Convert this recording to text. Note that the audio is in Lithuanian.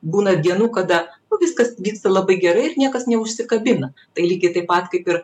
būna dienų kada viskas vyksta labai gerai ir niekas neužsikabina tai lygiai taip pat kaip ir